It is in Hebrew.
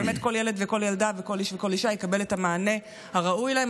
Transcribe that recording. שכל ילד וכל ילדה וכל איש וכל אישה יקבלו את המענה הראוי להם.